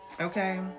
okay